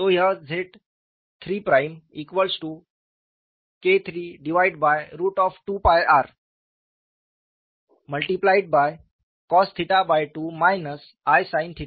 तो यह ZIIIKIII2rcos2 isin2